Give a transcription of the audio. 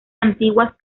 antiguas